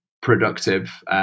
productive